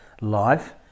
life